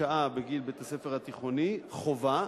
שעה בגיל בית-הספר התיכוני חובה,